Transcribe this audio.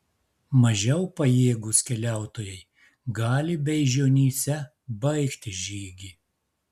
mažiau pajėgūs keliautojai gali beižionyse baigti žygį